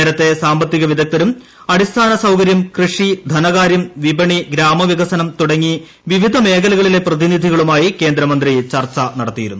നേരത്തേ സാമ്പത്തികവിദഗ്ദ്ധരും അടിസ്ഥാനസൌകരൃം കൃഷി ധനകാരൃം വിപണി ഗ്രാമവികസനം തുടങ്ങിയി വിവിധ മേഖലകളിലെ പ്രതിനിധികളുമായി കേന്ദ്രമന്ത്രി ചർച്ച നടത്തിയിരുന്നു